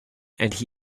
and